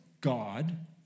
God